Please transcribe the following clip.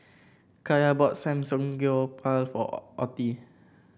Kaya bought Samgeyopsal for Ottie